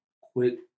quick